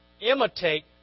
Imitate